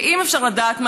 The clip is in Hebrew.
ואם אפשר לדעת,